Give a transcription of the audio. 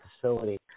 facility